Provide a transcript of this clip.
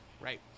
right